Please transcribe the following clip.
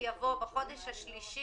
תשבו גם על זה,